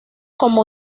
como